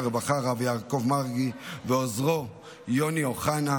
הרווחה הרב יעקב מרגי ועוזרו יוני אוחנה,